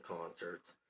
concerts